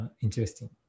interesting